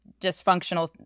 dysfunctional